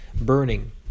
burning